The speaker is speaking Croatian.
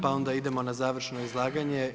Pa onda idemo na završno izlaganje.